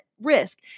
risk